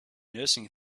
nursing